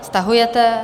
Stahujete?